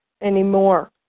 anymore